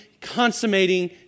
consummating